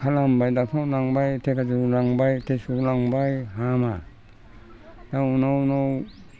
खालामबाय डक्ट'रनाव लांबाय धेकियाजुलियाव लांबाय तेजपुराव लांबाय हामा दा उनाव